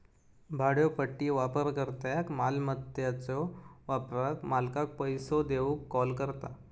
भाड्योपट्टी वापरकर्त्याक मालमत्याच्यो वापराक मालकाक पैसो देऊक कॉल करता